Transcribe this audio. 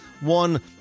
one